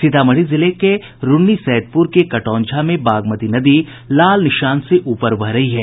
सीतामढ़ी जिले के रून्नी सैदपुर के कटौंझा में बागमती नदी खतरे के निशान से ऊपर बह रही है